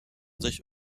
sich